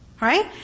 Right